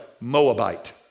Moabite